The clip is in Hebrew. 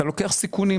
אתה לוקח סיכונים.